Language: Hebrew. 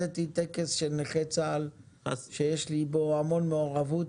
בגלל העיכוב הזה אני הפסדתי טקס של נכי צה"ל שיש לי בו המון מעורבות.